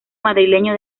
madrileño